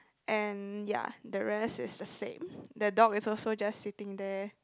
and ya the rest is the same the dog is also just sitting there